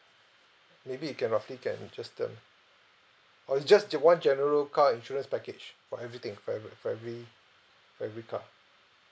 maybe you can roughly can just tell me or it's just ge~ one general car insurance package for everything for every for every for every car